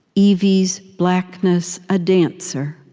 evie's blackness a dancer,